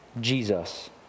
Jesus